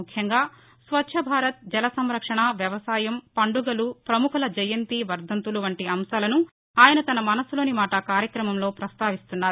ముఖ్యంగా స్వచ్చ భారత్ జల సంరక్షణ వ్యవసాయం పండుగలు ప్రముఖుల జయంతి వర్గంతులు వంటి అంశాలను ఆయన తన మనస్సులోని మాట కార్యక్రమంలో పస్తావిస్తున్నారు